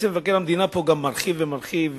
מבקר המדינה גם מרחיב ומרחיב.